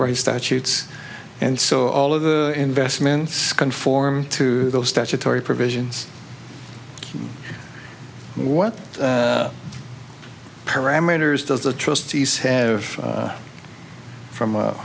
right statutes and so all of the investments conform to those statutory provisions what parameters does the trustees have from